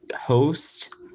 host